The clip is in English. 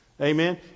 Amen